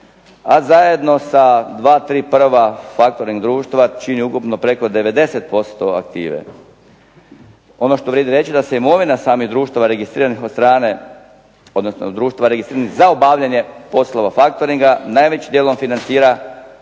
a zajedno sa 2, 3 prva faktoring društva čini ukupno preko 90% aktive. Ono što vrijedi reći je da se imovina samih društava registriranih od strane, odnosno društva registriranih za obavljanje poslova faktoringa, najvećim dijelom financira kreditima